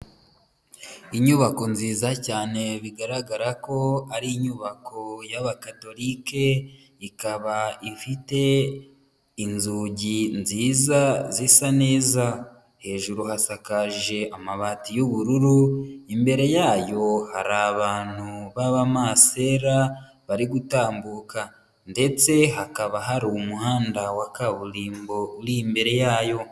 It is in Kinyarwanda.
Inyubako nziza cyane bigaragara ko ari inyubako y'abakatolike, ikaba ifite inzugi nziza zisa neza, hejuru hasakaje amabati y'ubururu, imbere yayo hari abantu b'abamasera bari gutambuka, ndetse hakaba hari umuhanda wa kaburimbo uri imbere yayo.